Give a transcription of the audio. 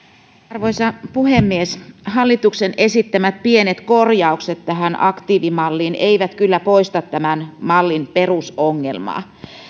arvoisa puhemies hallituksen esittämät pienet korjaukset aktiivimalliin eivät kyllä poista tämän mallin perusongelmaa